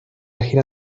gira